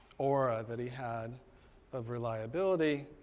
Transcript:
aura that he had of reliability.